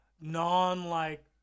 non-like